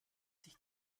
sich